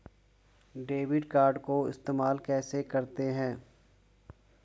Debit card को इस्तेमाल कैसे करते हैं?